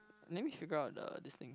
let me figure out the this thing